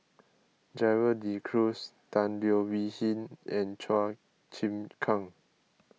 Gerald De Cruz Tan Leo Wee Hin and Chua Chim Kang